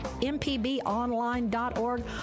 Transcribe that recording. mpbonline.org